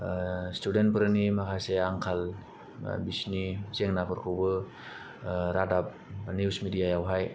ओ स्टुडेन्टफोरनि माखासे आंखाल ओ बिसोरनि जेंनाफोरखौबो ओ रादाब निउस मिडियायावहाय